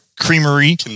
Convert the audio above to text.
creamery